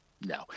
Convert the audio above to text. no